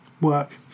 work